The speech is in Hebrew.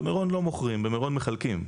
במירון לא מוכרים, במירון מחלקים.